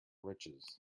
riches